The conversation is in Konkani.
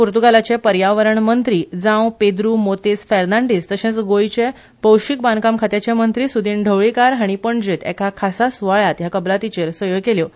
पोर्तुगीजाचे पर्यावरण मंत्री जांव पेंद्रू मेतोस फर्नाडीस तशेंच गोयचे भौशिक बांदकाम खात्याचे मंत्री सुदीन ढवळीकर हाणी पणजेंत एका खासा सुवाळ्यात ह्या कबलातींचेर सयो केल्यो